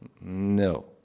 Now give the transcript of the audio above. No